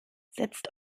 setzt